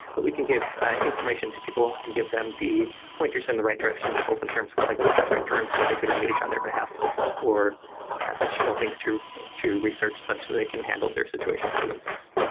but we can give information to people and give them the pointers in the right direction both in terms of like specific firms that they could engage on their behalf or additional things to to research such that they can handle their situations for themselves.